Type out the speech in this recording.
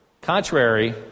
Contrary